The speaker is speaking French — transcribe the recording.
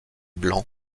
blanc